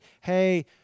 Hey